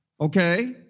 Okay